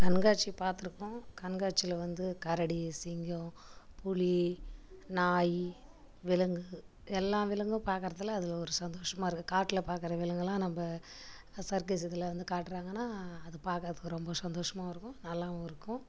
கண்காட்சி பார்த்துருக்கோம் கண்காட்சியில் வந்து கரடி சிங்கம் புலி நாய் விலங்கு எல்லாம் விலங்கும் பார்க்குறதுல அதில் ஒரு சந்தோஷமாருக்கும் காட்டில் பார்க்குற விலங்கலாம் நம்ம சர்க்கஸ் இதில் வந்து காட்டுறாங்கனா அது பார்க்கறத்துக்கு ரொம்ப சந்தோஷமாவுமிருக்கும் நல்லாவுமிருக்கும்